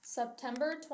September